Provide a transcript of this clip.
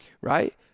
right